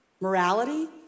morality